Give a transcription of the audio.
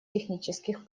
технических